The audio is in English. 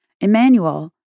Emmanuel